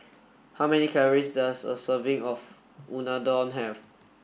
how many calories does a serving of Unadon have